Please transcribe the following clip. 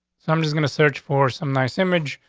so i'm just gonna search for some nice image.